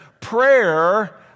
prayer